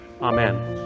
amen